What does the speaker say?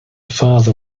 father